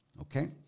okay